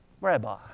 Rabbi